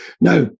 Now